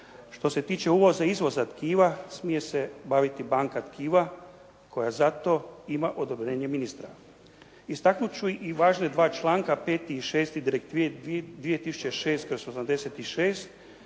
Što se tiče uvoza i izvoza tkiva, smije se baviti banka tkiva koja za to ima odobrenje minsitra. Istaknuti ću i važna 2 članka 5. i 6. Direktive 2006/86